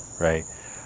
right